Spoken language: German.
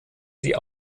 sie